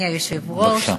אדוני היושב-ראש,